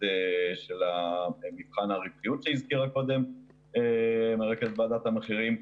של מבחן הרווחיות שהזכירה קודם מרכזת ועדת המחירים.